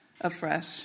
afresh